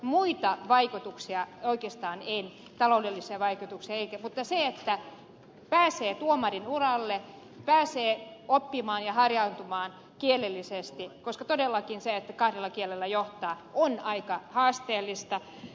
muita vaikutuksia oikeastaan ei ole ei taloudellisia vaikutuksia mutta pääsee tuomarin uralle pääsee oppimaan ja harjaantumaan kielellisesti koska todellakin se että kahdella kielellä johtaa on aika haasteellista